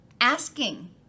asking